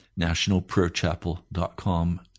nationalprayerchapel.com